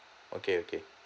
okay okay